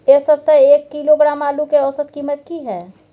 ऐ सप्ताह एक किलोग्राम आलू के औसत कीमत कि हय?